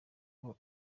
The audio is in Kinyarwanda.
ngo